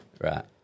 Right